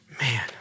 Man